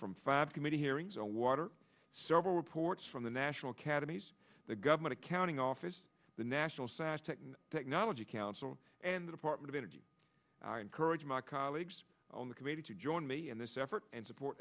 from five committee hearings on water several reports from the national academies the government accounting office the national sas tech technology council and the department of energy encourage my colleagues on the committee to join me in this effort and support